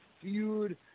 feud